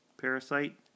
Parasite